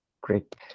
Great